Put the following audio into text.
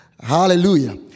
Hallelujah